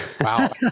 wow